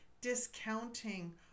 discounting